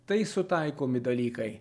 tai sutaikomi dalykai